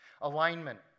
Alignment